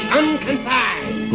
unconfined